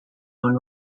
own